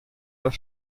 das